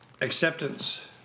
acceptance